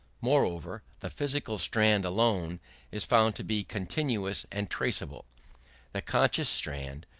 moreover, the physical strand alone is found to be continuous and traceable the conscious strand,